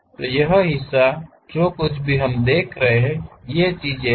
तो यह हिस्सा जो कुछ भी हम देख रहे हैं ये चीजें हैं